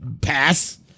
pass